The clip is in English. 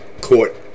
Court